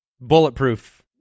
bulletproof